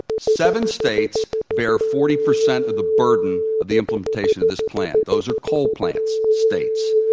seven states bear forty percent of the burden of the implementation of this plan. those are coal plant states.